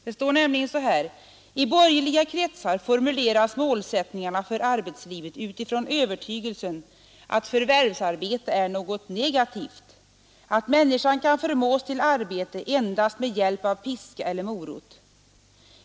Det står nämligen: ”I borgerliga kretsar formuleras målsättningarna för arbetslivet utifrån övertygelsen att förvärvsarbete är något negativt; att människan kan förmås till arbete endast med hjälp av piska eller morot.